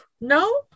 No